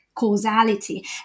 causality